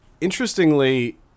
interestingly